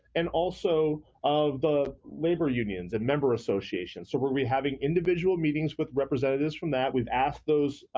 and also of the labor unions and member associations so we'll be having individual meetings with representatives from that. we've asked those,